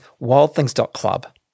wildthings.club